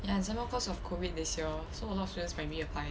ya and some more cause of COVID this year so a lot of students may re-apply